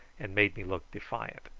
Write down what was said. and made me look defiant.